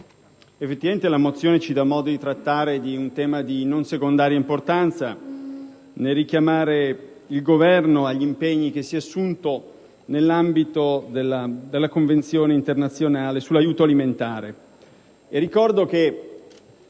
effetti questa mozione ci dà modo di trattare un tema di non secondaria importanza nel richiamare il Governo agli impegni che ha assunto nell'ambito della Convenzione internazionale sull'aiuto alimentare.